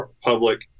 public